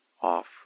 off